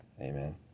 amen